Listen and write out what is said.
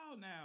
now